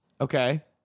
Okay